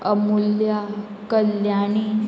Amulya Kalyani